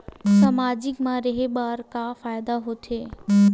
सामाजिक मा रहे बार का फ़ायदा होथे?